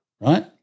right